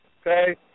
okay